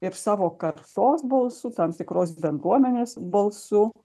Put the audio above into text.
ir savo kartos balsu tam tikros bendruomenės balsu